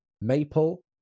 maple